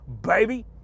Baby